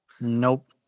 nope